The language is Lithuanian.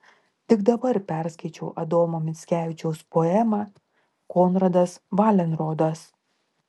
tik dabar perskaičiau adomo mickevičiaus poemą konradas valenrodas